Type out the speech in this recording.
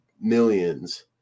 millions